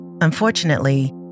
Unfortunately